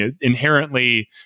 inherently